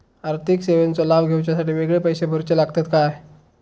आर्थिक सेवेंचो लाभ घेवच्यासाठी वेगळे पैसे भरुचे लागतत काय?